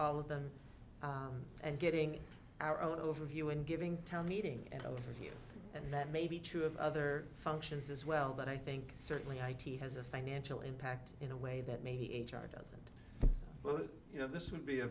all of them and getting our own overview and giving town meeting and overview and that may be true of other functions as well but i think certainly i t has a financial impact in a way that maybe h r doesn't but you know this would be a